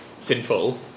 sinful